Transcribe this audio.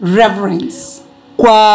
reverence